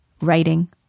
writing